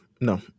no